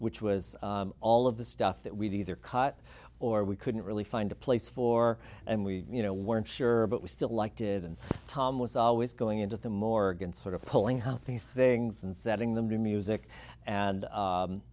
which was all of the stuff that we'd either caught or we couldn't really find a place for and we you know weren't sure but we still liked it and tom was always going into the morgue and sort of pulling how things things and setting them to music and